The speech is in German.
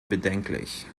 bedenklich